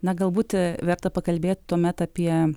na galbūt verta pakalbėt tuomet apie